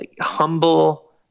humble